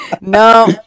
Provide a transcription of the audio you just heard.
No